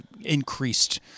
increased